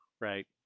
Right